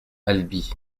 albi